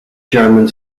german